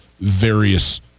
Various